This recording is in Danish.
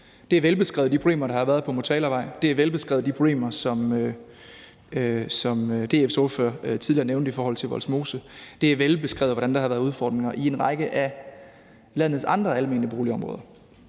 lever i, og de problemer, der har været på Motalavej, er velbeskrevet. De problemer, som DF's ordfører tidligere nævnte, er velbeskrevet i forhold til Vollsmose. Det er velbeskrevet, hvordan der har været udfordringer i en række af landets andre almene boligområder.